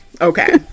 okay